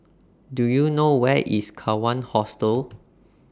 Do YOU know Where IS Kawan Hostel